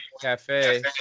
Cafe